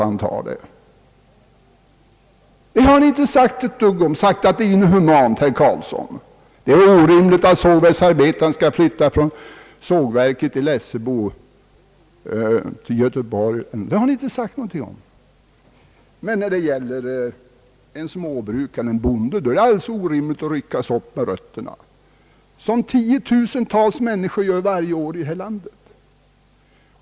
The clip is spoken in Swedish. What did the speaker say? Det har ni inte sagt ett dugg om — att det är inhumant, herr Carlsson! Det är väl orimligt att sågverksarbetaren skall flytta från sågverket i Lessebo till Göteborg! Det har ni inte sagt något om, men när det gäller en småbrukare, en bonde, då är det alldeles orimligt att ryckas upp med rötterna, som sker med 10 000-tals människor varje år här i landet.